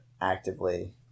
actively